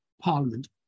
Parliament